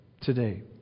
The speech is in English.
today